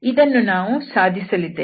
ಇದನ್ನು ನಾವು ಸಾಧಿಸಲಿದ್ದೇವೆ